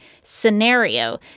scenario